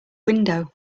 window